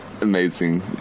amazing